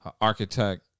architect